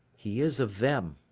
he is of them.